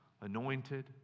anointed